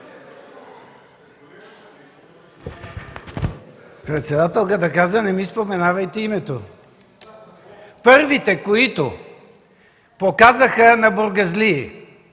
Председателката каза: „Не ми споменавайте името!” Първите, които показаха на бургазлии